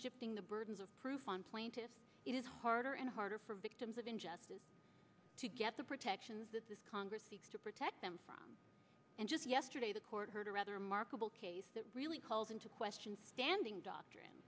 shifting the burdens of proof on plaintiffs it is harder and harder for victims of injustice to get the protections that this congress seeks to protect them from and just yesterday the court heard a rather remarkable case that really calls into question standing doctrine